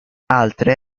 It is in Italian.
altre